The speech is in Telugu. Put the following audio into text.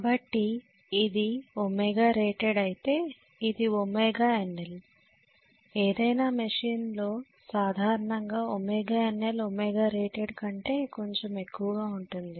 కాబట్టి ఇది ɷrated అయితే ఇది ɷNL ఏదైనా మెషిన్లో సాధారణంగా ɷNL ɷrated కంటే కొంచెం ఎక్కువగా ఉంటుంది